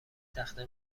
تخته